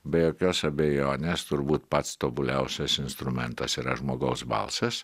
be jokios abejonės turbūt pats tobuliausias instrumentas yra žmogaus balsas